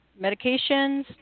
medications